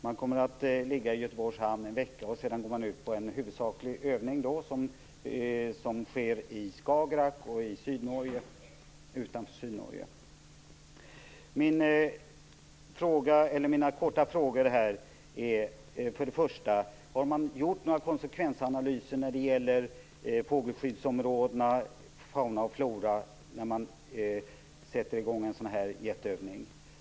Man kommer att ligga i Göteborgs hamn en vecka, sedan går man ut på den huvudsakliga övningen som sker i Skagerrak och utanför Sydnorge. Mina korta frågor är: 1. Har man gjort några konsekvensanalyser när det gäller fågelskyddsområden, fauna och flora innan man sätter i gång en sådan här jätteövning?